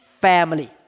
family